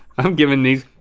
i'm giving these